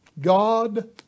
God